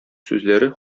сүзләре